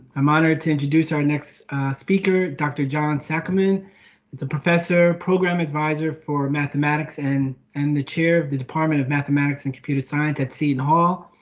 i'm honored to introduce our next speaker. doctor john sacrament is a professor program advisor. mathematics ann and the chair of the department of mathematics and computer science had seen haul